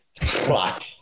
Fuck